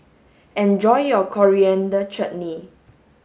enjoy your coriander chutney